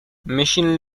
machine